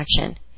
action